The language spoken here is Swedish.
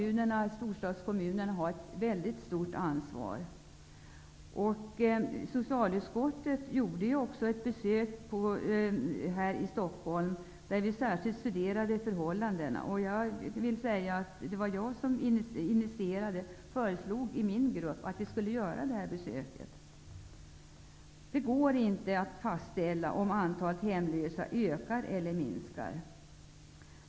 Storstadskommunerna har ett mycket stort ansvar. Socialutskottet besökte socialtjänsten här i Stockholm då vi särskilt studerade förhållandena. Det var för övrigt jag som i min grupp föreslog att vi skulle göra det här besöket. Det går inte att fastställa om antalet hemlösa ökar eller minskar.